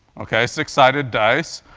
ok? six-sided dice,